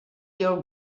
your